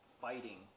fighting